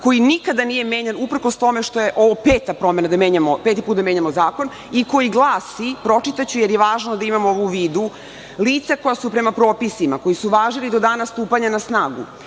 koji nikada nije menjan, uprkos tome što je ovo peti put da menjamo zakon i koji glasi, pročitaću jer je važno da imamo ovo u vidu – lica koja su prema propisima koji su važili do dana stupanja na snagu